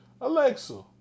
Alexa